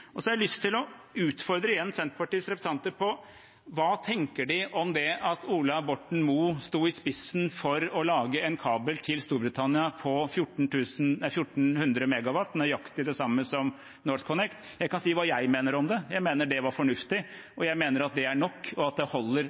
Så har jeg lyst til å utfordre Senterpartiets representanter igjen på om hva de tenker om det at Ola Borten Moe sto i spissen for å lage en kabel til Storbritannia på 1 400 MW, nøyaktig det samme som NorthConnect. Jeg kan si hva jeg mener om det: Jeg mener at det var fornuftig, og jeg mener at det er nok, og at det holder